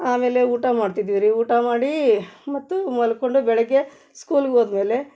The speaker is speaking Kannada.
ಆಮೇಲೆ ಊಟ ಮಾಡ್ತಿದ್ದಿವಿ ರೀ ಊಟ ಮಾಡಿ ಮತ್ತು ಮಲ್ಕೊಂಡು ಬೆಳಗ್ಗೆ ಸ್ಕೂಲ್ಗೆ ಹೋದ್ಮೇಲೆ